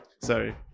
Sorry